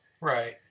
Right